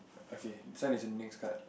okay this one is in next start